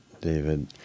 david